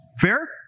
Fair